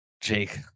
Jake